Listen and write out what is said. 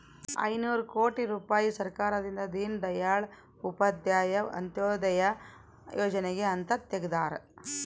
ಐನೂರ ಕೋಟಿ ರುಪಾಯಿ ಸರ್ಕಾರದಿಂದ ದೀನ್ ದಯಾಳ್ ಉಪಾಧ್ಯಾಯ ಅಂತ್ಯೋದಯ ಯೋಜನೆಗೆ ಅಂತ ತೆಗ್ದಾರ